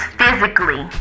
physically